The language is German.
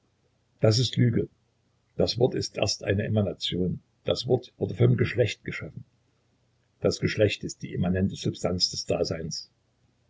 das ist lüge das wort ist erst eine emanation das wort wurde vom geschlecht geschaffen das geschlecht ist die immanente substanz des daseins